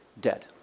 dead